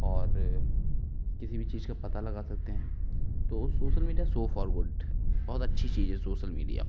और किसी भी चीज का पता लगा सकते हैं तो social media so far good बहुत अच्छी चीज है सोसल मीडिया